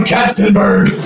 Katzenberg